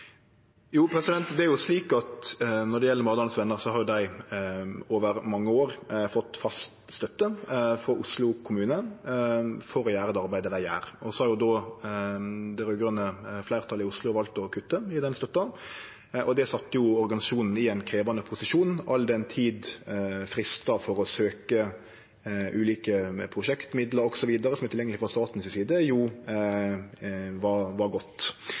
Når det gjeld Maridalens Venner, har dei over mange år fått fast støtte frå Oslo kommune for å gjere det arbeidet dei gjer. Så har det raud-grøne fleirtalet i Oslo valt å kutte i den støtta. Det sette organisasjonen i ein krevjande posisjon, all den tid fristane for å søkje ulike prosjektmidlar osv. som er tilgjengelege frå staten si side, var